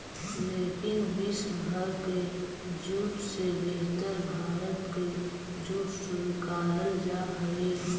लेकिन विश्व भर के जूट से बेहतर भारत के जूट स्वीकारल जा हइ